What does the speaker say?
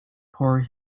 poor